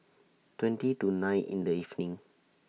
twenty to nine in The evening